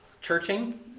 Churching